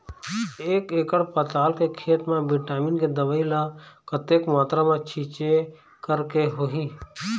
एक एकड़ पताल के खेत मा विटामिन के दवई ला कतक मात्रा मा छीचें करके होही?